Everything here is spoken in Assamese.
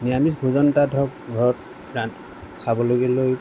নিৰামিষ ভোজন এটা ধৰক ঘৰত ৰা খাবলৈ গৈ লৈ